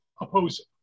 opposing